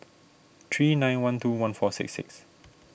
three nine one two one four six six